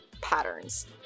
patterns